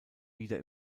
wieder